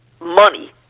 money